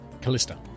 Callista